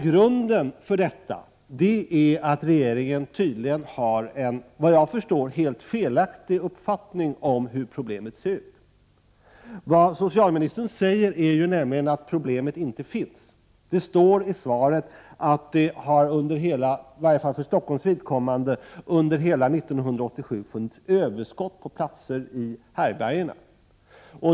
Grunden för detta är att regeringen, vad jag förstår, har en helt felaktig uppfattning om hur problemet ser ut. Vad socialministern säger är nämligen att problemet inte finns. Det står i svaret att det i varje fall för Stockholms vidkommande under hela 1987 har funnits ett överskott på platser i härbärgena.